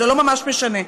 זה לא ממש משנה.